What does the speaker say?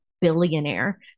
billionaire